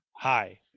hi